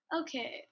okay